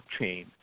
blockchain